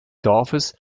dorfes